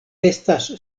estas